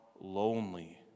lonely